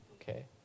Okay